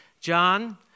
John